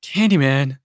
Candyman